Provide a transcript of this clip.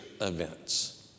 events